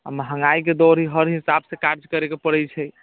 आ महँगाइके दौर हइ हर हिसाबसँ कार्य करैके पड़ैत छै